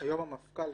היום המפכ"ל,